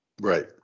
Right